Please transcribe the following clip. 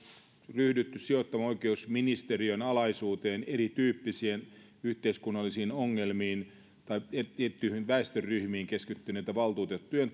ryhdytty sijoittamaan oikeusministeriön alaisuuteen erityyppisiin yhteiskunnallisiin ongelmiin tai tiettyihin väestöryhmiin keskittyneitä valtuutettujen